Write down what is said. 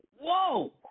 Whoa